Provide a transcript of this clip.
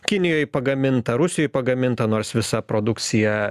kinijoj pagaminta rusijoj pagaminta nors visa produkcija